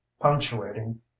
punctuating